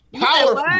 Powerful